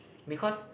because